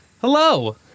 Hello